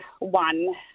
one